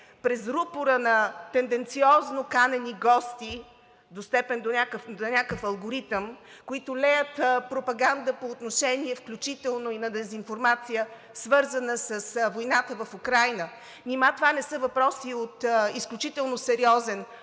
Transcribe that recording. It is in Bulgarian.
през рупора на тенденциозно канени гости до степен до някакъв алгоритъм, които леят пропаганда, по отношение включително и на дезинформация, свързана с войната в Украйна! Нима това не са въпроси от изключително сериозен